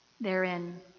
therein